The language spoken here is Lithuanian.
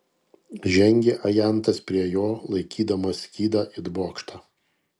žengė ajantas prie jo laikydamas skydą it bokštą